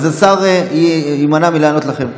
אז השר יימנע מלענות לכם.